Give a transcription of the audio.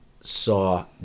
saw